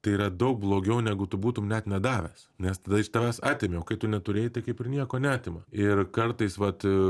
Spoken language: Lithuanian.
tai yra daug blogiau negu tu būtum net nedavęs nes tada iš tavęs atėmė o kai tu neturėjai tai kaip ir nieko neatima ir kartais vat